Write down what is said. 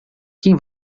quem